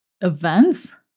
events